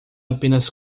apenas